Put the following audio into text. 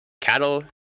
cattle